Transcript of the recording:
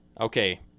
okay